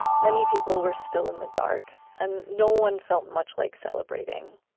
many people were still in the dark, and no one felt much like celebrating.